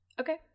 Okay